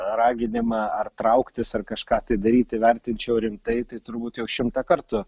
raginimą ar trauktis ar kažką tai daryti vertinčiau rimtai tai turbūt jau šimtą kartų